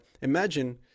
imagine